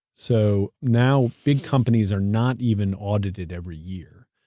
so now big companies are not even audited every year,